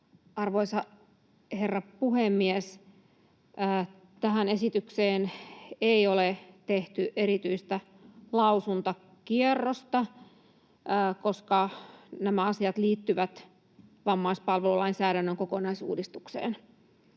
Arvoisa herra puhemies! Tähän esitykseen ei ole tehty erityistä lausuntokierrosta, koska nämä asiat liittyvät vammaispalvelulainsäädännön kokonaisuudistukseen